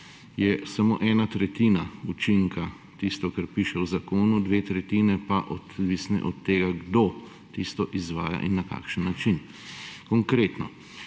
je samo ena tretjina učinka tistega, kar piše v zakonu, dve tretjini pa sta odvisni od tega, kdo tisto izvaja in na kakšen način. Konkretno,